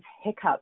hiccups